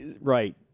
Right